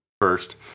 first